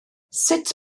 sut